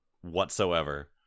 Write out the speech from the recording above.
whatsoever